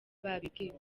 babibwiwe